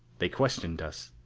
they questioned us.